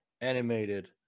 animated